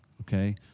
Okay